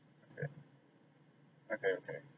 okay okay okay